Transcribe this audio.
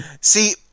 See